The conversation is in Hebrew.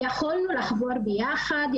יכולנו לחבור ביחד,